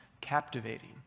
captivating